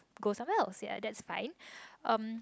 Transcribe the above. go somewhere else ya that's fine um